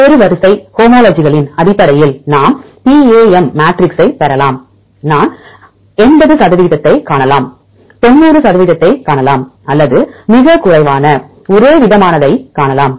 பல்வேறு வரிசை ஹோமோலஜிகளின் அடிப்படையில் நாம் பிஏஎம் மேட்ரிக்ஸைப் பெறலாம் நாம் 80 சதவிகிதத்தைக் காணலாம் 90 சதவிகிதத்தைக் காணலாம் அல்லது மிகக் குறைவான ஒரேவிதமானதைக் காணலாம்